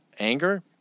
Anger